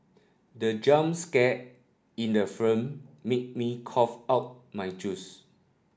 the jump scare in the made me cough out my juice